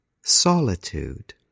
solitude